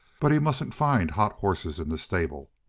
but he mustn't find hot horses in the stable.